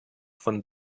von